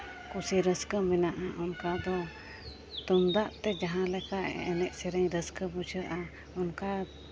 ᱠᱩᱥᱤ ᱨᱟᱹᱥᱠᱟᱹ ᱢᱮᱱᱟᱜᱼᱟ ᱚᱱᱠᱟ ᱫᱚ ᱛᱩᱢᱫᱟᱜ ᱛᱮ ᱡᱟᱦᱟᱸ ᱞᱮᱠᱟ ᱮᱱᱮᱡ ᱥᱮᱨᱮᱧ ᱨᱟᱹᱥᱠᱟᱹ ᱵᱩᱡᱷᱟᱹᱜᱼᱟ ᱚᱱᱠᱟ